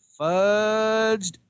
fudged